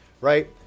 right